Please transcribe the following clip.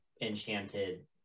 enchanted